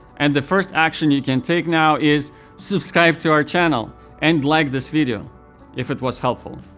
and the first action you can take now is subscribe to our channel and like this video if it was helpful.